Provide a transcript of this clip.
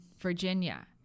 Virginia